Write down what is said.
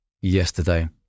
yesterday